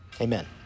amen